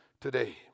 today